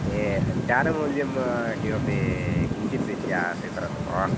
ए सञ्चारमूल्यं किमपि किञ्चित् रीत्या स्वीकरोतु भो